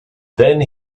then